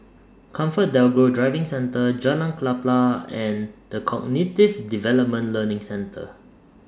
ComfortDelGro Driving Centre Jalan Klapa and The Cognitive Development Learning Centre